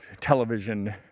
television